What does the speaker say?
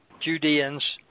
Judeans